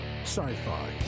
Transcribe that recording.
sci-fi